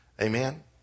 Amen